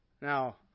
Now